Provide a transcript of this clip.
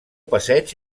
passeig